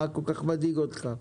מה כל כך מדאיג אותך?